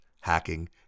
hacking